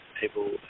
people